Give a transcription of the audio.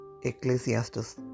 Ecclesiastes